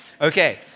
Okay